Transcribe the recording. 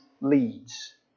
leads